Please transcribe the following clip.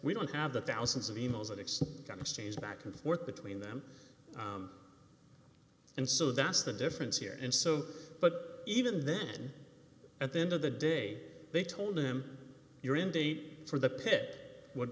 we don't have the thousands of emails that it's going to change back and forth between them and so that's the difference here and so but even then at the end of the day they told him you're in date for the pit would